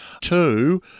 Two